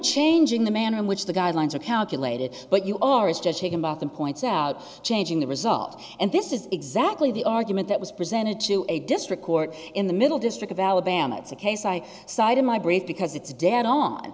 changing the manner in which the guidelines are calculated but you are is just taking about the points out changing the result and this is exactly the argument that was presented to a district court in the middle district of alabama it's a case i cite in my brief because it's dead on